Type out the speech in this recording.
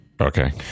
Okay